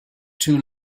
two